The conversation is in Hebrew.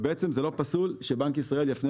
בעצם זה לא פסול שבנק ישראל יפנה